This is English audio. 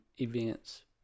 events